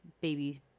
baby